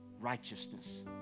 righteousness